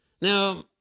Now